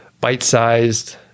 bite-sized